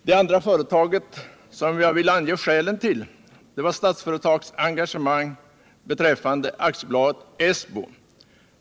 Det andra företag beträffande vilket jag vill ange skälen till Statsföretags engagemang är AB ESSBO.